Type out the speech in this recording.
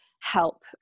help